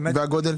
--- כמו שאמר